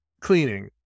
cleaning